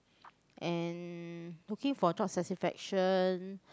and looking for job satisfaction